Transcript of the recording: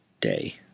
day